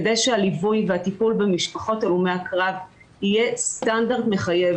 כדי שהליווי והטיפול במשפחות הלומי הקרב יהיה סטנדרט מחייב